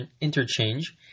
interchange